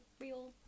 real